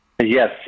Yes